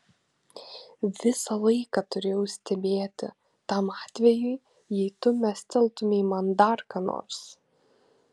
visą laiką turėjau stebėti tam atvejui jei tu mesteltumei man dar ką nors